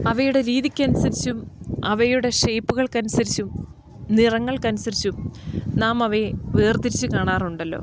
അവയുടെ രീതിക്ക് അനുസരിച്ചും അവയുടെ ഷേപ്പ്കൾക്ക് അനുസരിച്ചും നിറങ്ങൾക്ക് അനുസരിച്ചും നാം അവയെ വേർതിരിച്ച് കാണാറുണ്ടല്ലോ